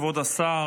כבוד השר,